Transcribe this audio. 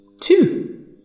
Two